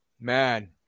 Man